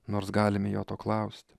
nors galime jo to klaust